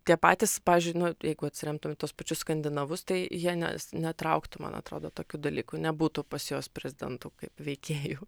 tie patys pavyzdžiui nu jeigu atsiremtum į tuos pačius skandinavus tai jie nes netrauktų man atrodo tokių dalykų nebūtų pas jos prezidentų kaip veikėjų